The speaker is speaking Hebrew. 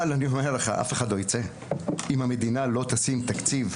אבל אף אחד לא ייצא אם המדינה לא תשים תקציב.